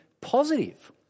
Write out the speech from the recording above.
positive